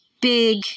Big